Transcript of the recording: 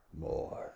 More